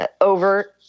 over